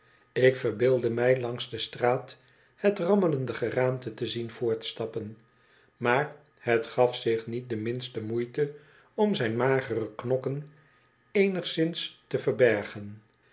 ik verbeeldde mij langs de straat het rammelende geraamte te zien voortstappen maar het gaf zich niet de minste moeite om zijn magere knokken eenigszins te verbergen